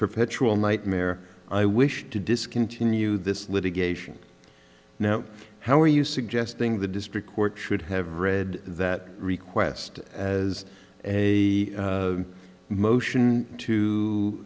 perpetual nightmare i wish to discontinue this litigation now how are you suggesting the district court should have read that request as a motion to